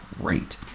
great